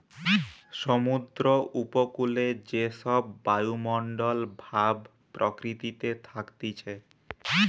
সমুদ্র উপকূলে যে সব বায়ুমণ্ডল ভাব প্রকৃতিতে থাকতিছে